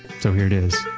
so here it is.